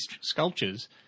sculptures